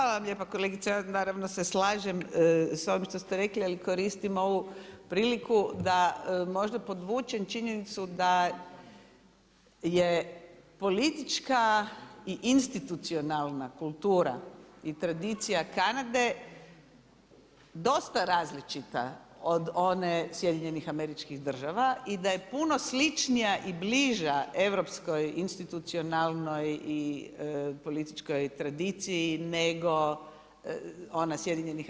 Hvala vam lijepa kolegice, ja naravno se slažem s ovim što ste rekli, ali koristim ovu priliku da možda podvučem činjenicu da je politička i institucionalna kultura i tradicija Kanade dosta različita od one SAD i da je puno sličnija i bliža Europskoj institucionalnoj i političkoj tradiciji nego ona SAD.